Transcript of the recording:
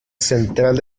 central